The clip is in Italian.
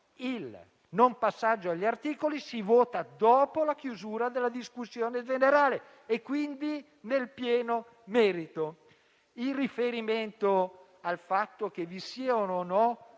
Il non passaggio agli articoli si vota dopo la chiusura della discussione generale e, quindi, nel pieno merito. In riferimento alle circostanze che vi siano o no,